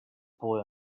boy